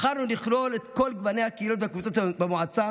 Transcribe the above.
בחרנו לכלול את כל גוני הקהילות והקבוצות במועצה